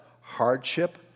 hardship